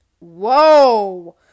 whoa